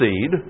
seed